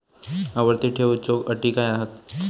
आवर्ती ठेव च्यो अटी काय हत?